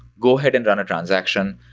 go ahead and run a transaction.